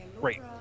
great